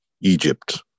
Egypt